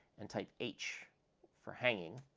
and type h for hanging.